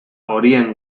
horien